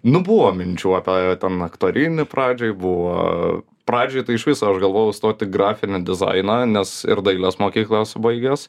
nu buvo minčių apie ten aktorinį pradžioj buvo pradžioj tai iš viso aš galvojau stoti grafinį dizainą nes ir dailės mokyklas baigęs